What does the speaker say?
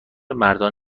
مردان